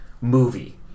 movie